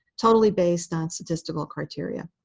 totally based on statistical criteria.